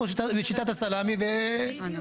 נחשף לזה רק בשלב הסופי אחרי שכבר התכנון מסתיים.